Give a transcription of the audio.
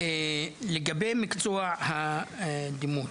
לגבי מקצוע הדימות,